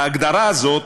ההגדרה הזאת